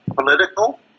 political